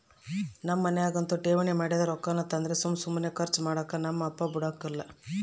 ನಮ್ ಮನ್ಯಾಗಂತೂ ಠೇವಣಿ ಮಾಡಿದ್ ರೊಕ್ಕಾನ ತಂದ್ರ ಸುಮ್ ಸುಮ್ನೆ ಕರ್ಚು ಮಾಡಾಕ ನಮ್ ಅಪ್ಪ ಬುಡಕಲ್ಲ